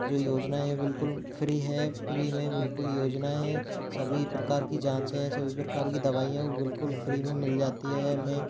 जो योजनाएं हैं बिल्कुल फ्री हैं फ्री में बिल्कुल योजनाएं सभी प्रकार की जाँचे है सभी प्रकार की दवाइयाँ बिल्कुल फ्री में मिल जाती है हमें